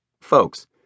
Folks